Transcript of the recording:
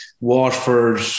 Watford